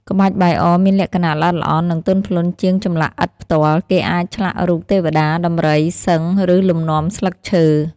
ក្បាច់បាយអរមានលក្ខណៈល្អិតល្អន់ និងទន់ភ្លន់ជាងចម្លាក់ឥដ្ឋផ្ទាល់ គេអាចឆ្លាក់រូប ទេវតា ដំរី សិង្ហ ឬលំនាំស្លឹកឈើ។